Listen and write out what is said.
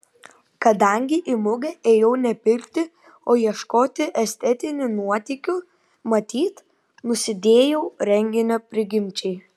kadangi į mugę ėjau ne pirkti o ieškoti estetinių nuotykių matyt nusidėjau renginio prigimčiai